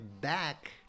back